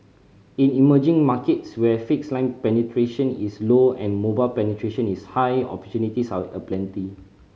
in emerging markets where fixed line penetration is low and mobile penetration is high opportunities are aplenty